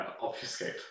obfuscate